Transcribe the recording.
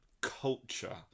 culture